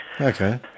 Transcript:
Okay